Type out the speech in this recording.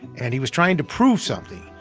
and he was trying to prove something.